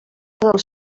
dels